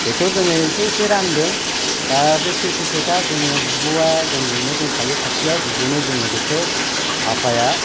बेखौ जोङो एसे एसे रानदों दा बे सैथो खोथा जोङो बिब'आ जोंजोंनो दंफायो खाथियाव बिब'नो जों बेखौ आफाया